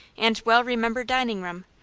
and well-remembered dining-room,